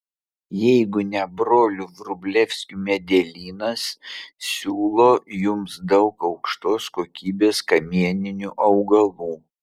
jeigu ne brolių vrublevskių medelynas siūlo jums daug aukštos kokybės kamieninių augalų